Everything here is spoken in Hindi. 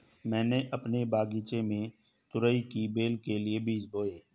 मैंने अपने बगीचे में तुरई की बेल के लिए बीज बोए